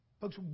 Folks